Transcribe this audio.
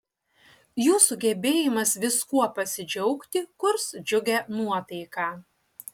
jūsų gebėjimas viskuo pasidžiaugti kurs džiugią nuotaiką